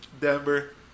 Denver